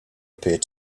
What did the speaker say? appeared